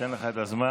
ניתן לך את הזמן.